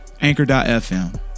Anchor.fm